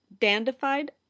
dandified